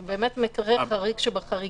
זה מקרה חריג שבחריגים.